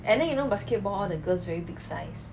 and then you know basketball all the girls very big size